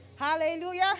Hallelujah